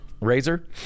Razor